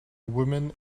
women